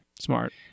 Smart